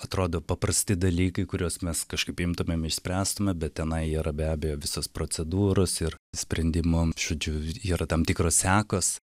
atrodo paprasti dalykai kuriuos mes kažkaip imtumėm išspręstume bet tenai yra be abejo visos procedūros ir sprendimom žodžiu yra tam tikros sekos